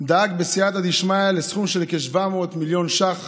דאג, בסייעתא דשמיא, לסכום של כ-700 מיליון ש"ח